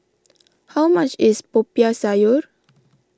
how much is Popiah Sayur